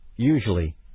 usually